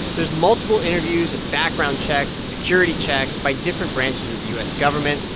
there's multiple interviews and background checks and security checks by different branches of the u s. government,